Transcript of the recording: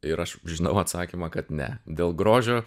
ir aš žinau atsakymą kad ne dėl grožio